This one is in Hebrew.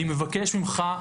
אני מבקש ממך,